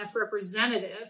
representative